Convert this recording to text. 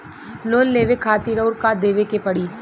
Loan लेवे खातिर अउर का देवे के पड़ी?